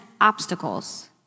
obstacles